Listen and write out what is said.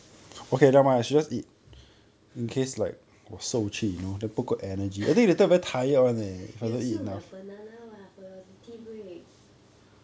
you still have banana [what] for your tea break